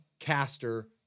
Caster